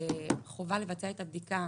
בחובה לבצע את הבדיקה